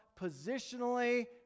positionally